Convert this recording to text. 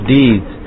deeds